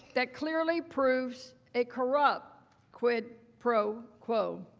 that clearly proves a corrupt quid pro quo.